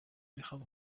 میخوام